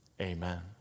Amen